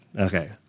Okay